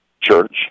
church